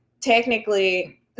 technically